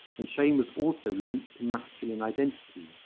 and shame was also linked to masculine identity,